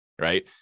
right